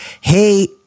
hey